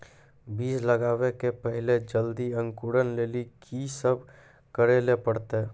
बीज लगावे के पहिले जल्दी अंकुरण लेली की सब करे ले परतै?